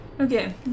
Okay